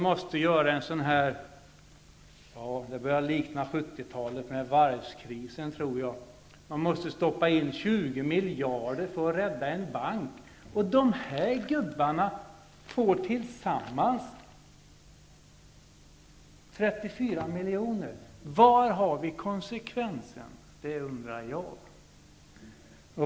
Det börjar likna varvskrisen under 70-talet när regeringen nu måste sätta in 20 miljarder för att rädda en bank. De här gubbarna får sedan tillsammans 34 miljoner. Var har vi konsekvensen? Det undrar jag.